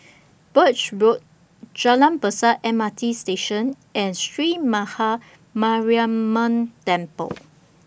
Birch Road Jalan Besar M R T Station and Sree Maha Mariamman Temple